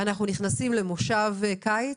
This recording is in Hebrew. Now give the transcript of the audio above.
אנחנו נכנסים למושב קיץ,